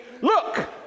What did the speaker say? Look